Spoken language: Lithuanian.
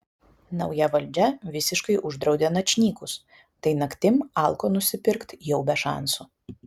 nauja valdžia visiškai uždraudė načnykus tai naktim alko nusipirkt jau be šansų